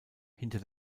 hinter